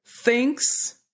thinks